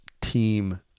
team